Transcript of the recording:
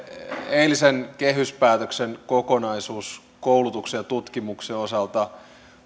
eilisen kehyspäätöksen kokonaisuus koulutuksen ja tutkimuksen osalta